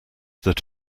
that